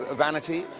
ah vanity,